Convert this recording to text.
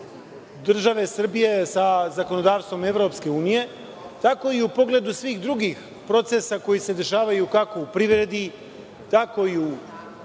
države Srbije sa zakonodavstvom Evropske unije, tako i u pogledu svih drugih procesa koji se dešavaju, kako u privredi, tako i u